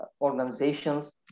organizations